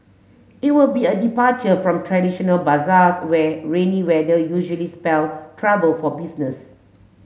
it will be a departure from traditional bazaars where rainy weather usually spell trouble for business